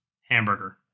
hamburger